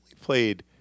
played